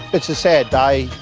it's a sad day.